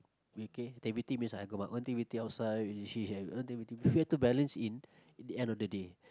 activity means I got my own activity outside she have her own activity we have to balance in at the end of the day